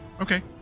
Okay